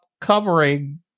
covering